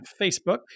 Facebook